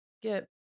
get